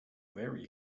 very